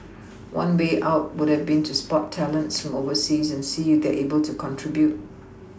one way out would have been to spot talents from overseas and see if they're able to contribute